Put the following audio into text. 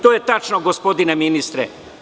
To je tačno gospodine ministre.